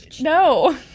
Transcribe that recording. no